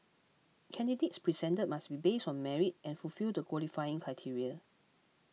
candidates presented must be based on merit and fulfil the qualifying criteria